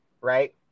right